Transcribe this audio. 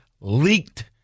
leaked